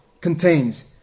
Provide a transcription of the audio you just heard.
contains